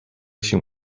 się